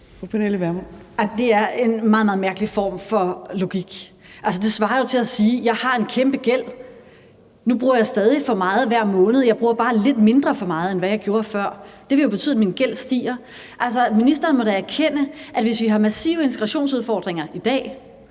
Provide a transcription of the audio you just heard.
meget mærkelig form for logik. Altså, det svarer jo til at sige: Jeg har en kæmpe gæld, og nu bruger jeg stadig for meget hver måned, jeg bruger bare lidt mindre for meget, end jeg gjorde før. Men det vil jo betyde, at gælden stiger. Ministeren må da erkende, at hvis vi har massive integrationsudfordringer i dag